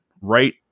right